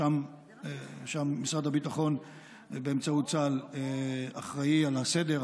שם משרד הביטחון באמצעות צה"ל אחראי לסדר,